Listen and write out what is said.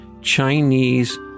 Chinese